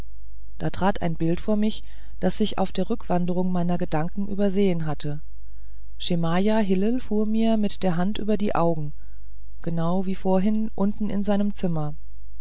da trat ein bild vor mich das ich auf der rückwanderung meiner gedanken übersehen hatte schemajah hillel fuhr mir mit der hand über die augen genau wie vorhin unten in seinem zimmer